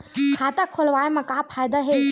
खाता खोलवाए मा का फायदा हे